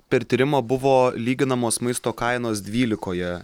per tyrimą buvo lyginamos maisto kainos dvylikoje